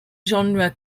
genre